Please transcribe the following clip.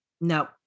No